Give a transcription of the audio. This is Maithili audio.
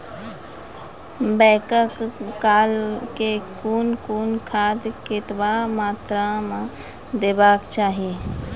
बौगक काल मे कून कून खाद केतबा मात्राम देबाक चाही?